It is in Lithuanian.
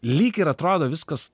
lyg ir atrodo viskas